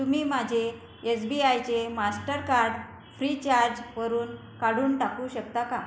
तुम्ही माझे एस बी आयचे मास्टरकार्ड फ्री चार्जवरून काढून टाकू शकता का